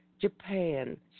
Japan